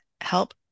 help